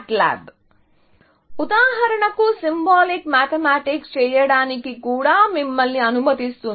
MATLAB ఉదాహరణకు symbolic mathematics చేయడానికి కూడా మిమ్మల్ని అనుమతిస్తుంది